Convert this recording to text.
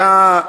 היה,